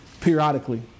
periodically